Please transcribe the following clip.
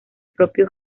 propio